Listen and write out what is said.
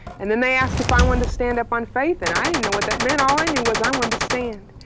and then they ask if i want to stand up on faith, and i didn't know what that meant. all i knew was i want to stand.